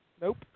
Nope